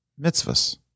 mitzvahs